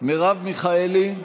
מרב מיכאלי,